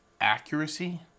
accuracy